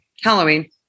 Halloween